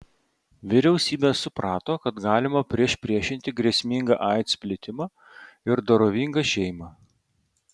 vyriausybės suprato kad galima priešpriešinti grėsmingą aids plitimą ir dorovingą šeimą